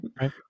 right